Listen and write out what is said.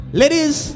ladies